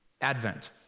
Advent